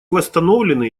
восстановлены